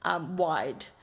wide